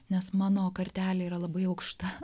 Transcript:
nes mano kartelė yra labai aukšta